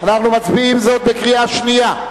אנחנו מצביעים זאת בקריאה שנייה.